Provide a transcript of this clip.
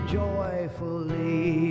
joyfully